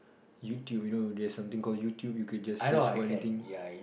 YouTube you know there's something called YouTube you could just search for anything